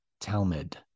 Talmud